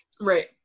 right